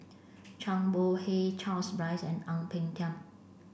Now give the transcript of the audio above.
Chang Bohe Charles Dyce and Ang Peng Tiam